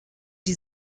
die